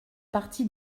parti